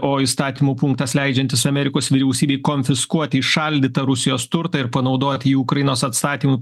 o įstatymų punktas leidžiantis amerikos vyriausybei konfiskuoti įšaldytą rusijos turtą ir panaudoti jį ukrainos atstatymui